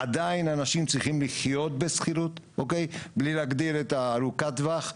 עדיין אנשים צריכים לחיות בשכירות בלי להגדיר את ארוכת הטווח,